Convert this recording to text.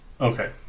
Okay